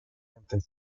camping